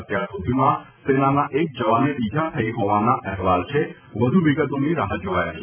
અત્યારસુધીમાં સેનાના એક જવાનને ઇજા થઇ હોવાના અહેવાલ છે વધુ વિગતોની રાહ જોવાય છે